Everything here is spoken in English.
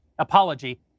Apology